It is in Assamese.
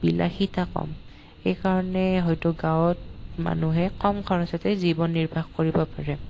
বিলাসীতা কম সেইকাৰণে হয়তো গাঁৱত মানুহে কম খৰচতে জীৱন নিৰ্বাহ কৰিব পাৰে